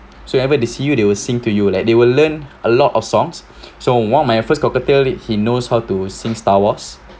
so ever they see you they will sing to you like they will learn a lot of songs so one of my first cockatiel it he knows how to sing star wars